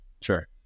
Sure